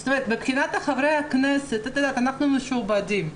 מבחינת חברי הכנסת, אנחנו משועבדים,